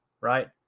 right